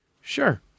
Sure